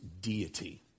deity